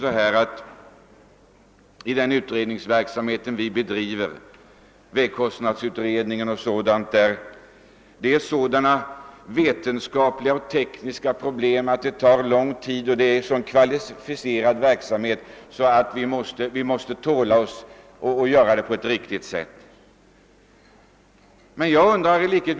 säger att det utredningsarbete som bedrives bl.a. av vägkostnadsutredningen rör så vetenskapliga och tekniska problem och allmänt är så kvalificerat, att det måste ta lång tid. Vi måste därför ge oss till tåls för att utredningarna skall få arheta på rätt säti. Jag undrar emellertid i likhet.